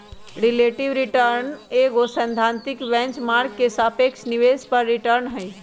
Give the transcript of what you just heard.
relative return एगो सैद्धांतिक benchmark के सापेक्ष निवेश पर रिटर्न हइ